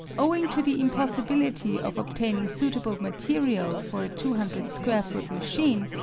owing to the impossibility of obtaining suitable material for a two hundred square foot machine,